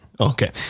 Okay